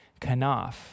kanaf